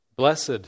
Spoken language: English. Blessed